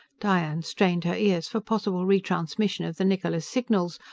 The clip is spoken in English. diane strained her ears for possible re-transmission of the niccola's signals,